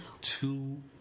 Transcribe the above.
two